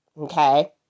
Okay